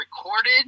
recorded